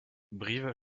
brives